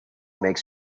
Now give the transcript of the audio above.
makes